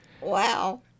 Wow